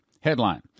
headline